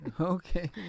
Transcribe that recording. Okay